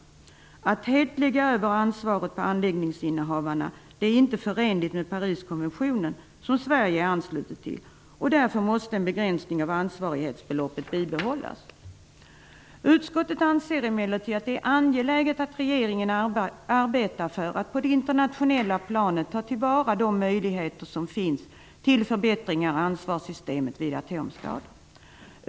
Att helt lägga över ansvaret på anläggningsinnehavarna är inte förenligt med Pariskonventionen, som Sverige är anslutet till. Därför måste en begränsning av ansvarighetsbeloppet bibehållas. Utskottet anser emellertid att det är angeläget att regeringen arbetar för att på det internationella planet ta till vara de möjligheter som finns till förbättringar av ansvarssystemet vid atomskador.